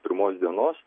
pirmos dienos